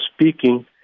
speaking